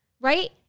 right